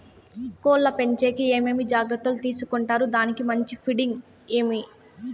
కోళ్ల పెంచేకి ఏమేమి జాగ్రత్తలు తీసుకొంటారు? దానికి మంచి ఫీడింగ్ ఏమి?